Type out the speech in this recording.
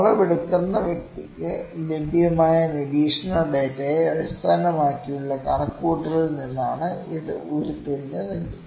അളവെടുക്കുന്ന വ്യക്തിക്ക് ലഭ്യമായ നിരീക്ഷണ ഡാറ്റയെ അടിസ്ഥാനമാക്കിയുള്ള കണക്കുകൂട്ടലിൽ നിന്നാണ് ഇത് ഉരുത്തിരിഞ്ഞതെങ്കിൽ